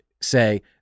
say